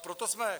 Proto jsme...